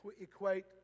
equate